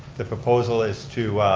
the proposal is to